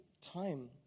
time